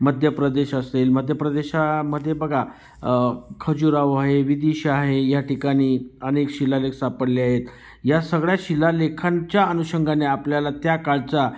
मध्यप्रदेश असेल मध्य प्रदेशामध्ये बघा खजुराहो आहे विदीशा आहे या ठिकाणी अनेक शिलालेख सापडले आहेत या सगळ्या शिलालेखांच्या अनुषंगाने आपल्याला त्या काळचा